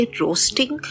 roasting